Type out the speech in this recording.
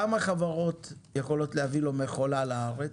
כמה חברות יכולות להביא לו מכולה לארץ?